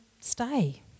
stay